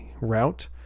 route